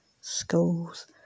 schools